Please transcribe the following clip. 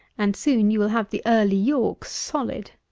and soon you will have the early yorks solid.